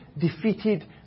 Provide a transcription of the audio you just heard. defeated